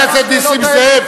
חבר הכנסת נסים זאב.